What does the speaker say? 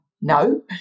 no